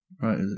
Right